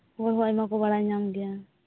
ᱦᱚᱲᱦᱚᱸ ᱟᱭᱢᱟᱠᱩ ᱵᱟᱲᱟᱭ ᱧᱟᱢᱜᱮᱭᱟ